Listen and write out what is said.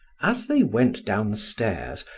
as they went downstairs,